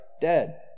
dead